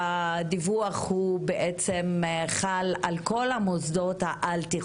והתבקשתי לתקן כי הדיווח חל על כל המוסדות העל-תיכוניים.